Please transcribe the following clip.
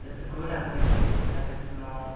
गु थाखोनिफ्राय जि थाखोसिमाव